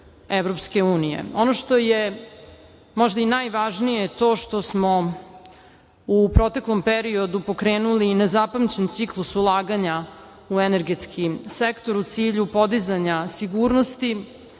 tržištem EU.Ono što je možda i najvažnije je to što smo u proteklom periodu pokrenuli nezapamćen ciklus ulaganja u energetski sektor u cilju podizanja sigurnosti